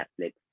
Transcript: Netflix